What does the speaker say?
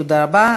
תודה רבה.